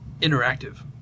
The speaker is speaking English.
interactive